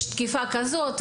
יש תקיפה כזאת,